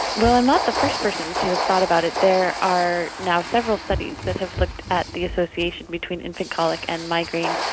well, i'm not the first person to have thought about it. there are now several studies that have looked at the association between infant colic and migraine.